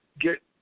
get